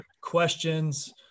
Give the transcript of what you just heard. questions